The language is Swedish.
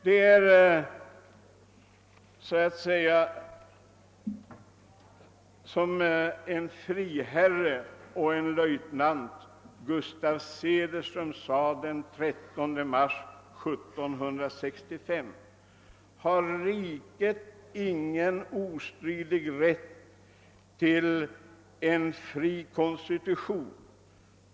Det är som friherren och julmaten Gustaf Cederström sade den 13 mars 1765: »Har riket ingen ostridig rätt til en fri constitution?